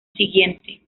siguiente